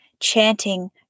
chanting